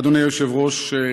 אדוני היושב-ראש.